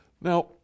Now